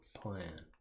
Plan